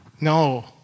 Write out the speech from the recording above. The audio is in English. No